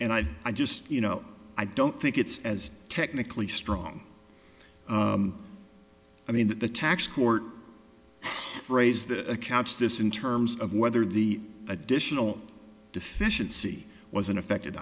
and i i just you know i don't think it's as technically strong i mean that the tax court phrase that caps this in terms of whether the additional deficiency was an affected